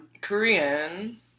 Korean